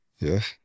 Yes